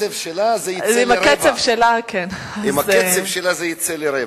ועם הקצב שלה זה יצא לי רבע.